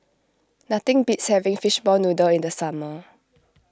nothing beats having Fishball Noodle in the summer